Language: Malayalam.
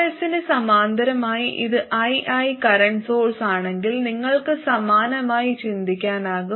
RS ന് സമാന്തരമായി ഇത് ii കറന്റ് സോഴ്സാണെങ്കിൽ നിങ്ങൾക്ക് സമാനമായി ചിന്തിക്കാനാകും